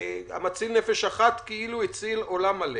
המציל נפש אחת כאילו הציל עולם מלא